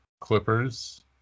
Clippers